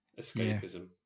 escapism